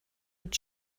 mit